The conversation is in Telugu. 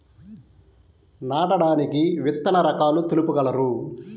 నాటడానికి విత్తన రకాలు తెలుపగలరు?